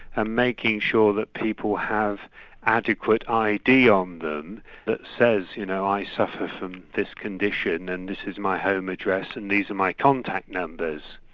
and making sure that people have adequate id on them that says, you know, i suffer from this condition and this is my home address and these are my contact numbers.